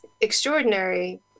extraordinary